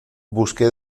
busqué